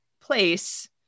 place